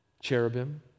Cherubim